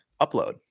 upload